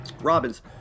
Robins